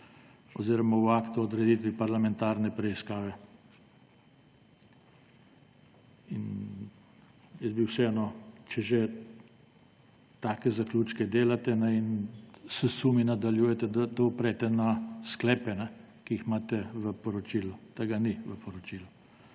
oziroma v aktu o odreditvi parlamentarne preiskave. Jaz bi vseeno, če že take zaključke delate in s sumi nadaljujete, da to uprete na sklepe, ki jih imate v poročilu. Tega ni v poročilu.